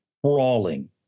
Crawling